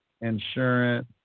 Insurance